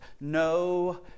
no